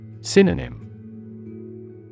Synonym